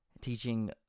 teaching